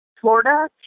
florida